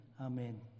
Amen